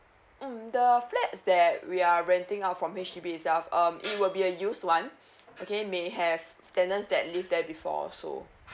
mm the flats that we're renting out from H_D_B itself um it will be a used one okay may have tenants that live there before also